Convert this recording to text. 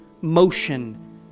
motion